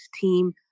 team